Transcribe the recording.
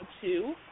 two